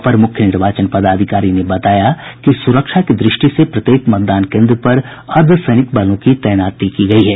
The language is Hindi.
अपर मुख्य निर्वाचन पदाधिकारी संजय कुमार सिंह ने बताया कि सुरक्षा की दृष्टि से प्रत्येक मतदान केन्द्र पर अर्द्वसैनिक बलों की तैनाती की गयी है